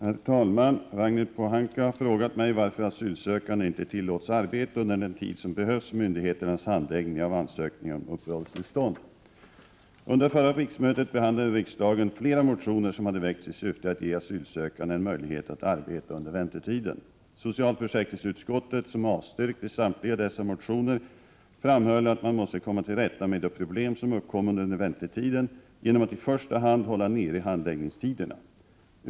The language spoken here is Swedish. Herr talman! Ragnhild Pohanka har frågat mig varför asylsökande inte tillåts arbeta under den tid som behövs för myndigheternas handläggning av ansökningen om uppehållstillstånd. Under förra riksmötet behandlade riksdagen flera motioner som hade väckts i syfte att ge asylsökande en möjlighet att arbeta under väntetiden. Socialförsäkringsutskottet, som avstyrkte samtliga dessa motioner, framhöll att man måste komma till rätta med de problem som uppkommer under väntetiden genom att i första hand hålla nere handläggningstiderna.